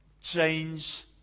change